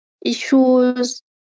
issues